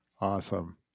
Awesome